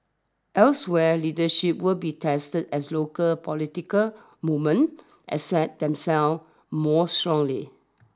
elsewhere leadership will be tested as local political movement asset themselves more strongly